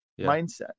mindset